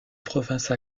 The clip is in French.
province